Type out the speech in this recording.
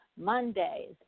Mondays